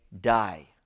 die